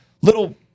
little